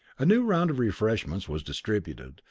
a new round of refreshments was distributed,